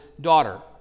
daughter